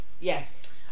yes